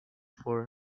for